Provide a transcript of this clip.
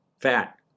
Fat